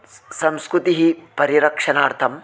संस्कृतिः परिरक्षणार्थं